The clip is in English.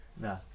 No